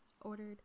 ordered